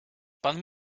pan